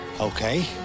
Okay